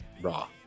raw